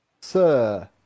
Sir